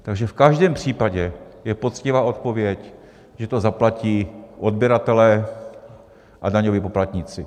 Takže v každém případě je poctivá odpověď, že to zaplatí odběratelé a daňoví poplatníci.